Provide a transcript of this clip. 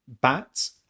bats